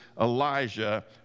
Elijah